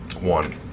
One